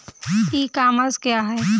ई commerce क्या है?